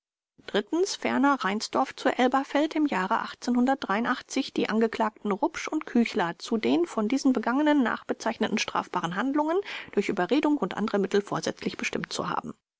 ferner reinsdorf zu elberfeld im jahre die angeklagten rupsch und küchler zu den von diesen begangenen nachbezeichneten strafbaren handlungen durch überredung und andere mittel vorsätzlich bestimmt zu haben